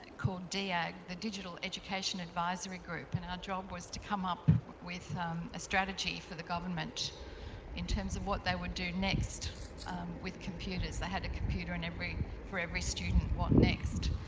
called deag, the digital education advisory group. and our job was to come up with a strategy for the government in terms of what they would do next with computers, they had a computer and for every student, what next?